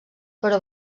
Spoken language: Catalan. però